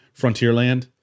Frontierland